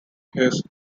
his